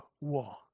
war